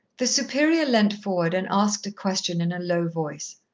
the superior leant forward and asked a question in a low voice.